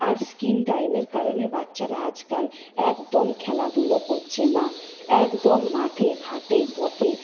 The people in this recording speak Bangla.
আর স্ক্রিন টাইমের কারণে বাচ্চারা আজকাল একদম খেলাধুলো করছে না একদম মাঠে ঘাটে পথে